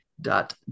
dot